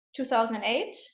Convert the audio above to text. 2008